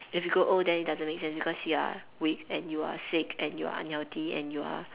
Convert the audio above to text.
if you grow then it doesn't make sense because you are weak and you are sick and you are unhealthy and you are